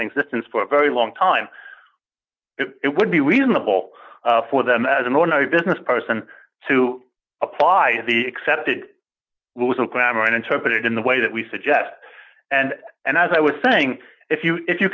existence for a very long time it would be reasonable for them as an ordinary business person to apply the excepted wills and grammar and interpret it in the way that we suggest and and as i was saying if you if you